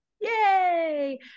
Yay